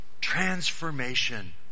transformation